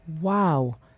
Wow